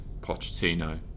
Pochettino